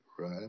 Right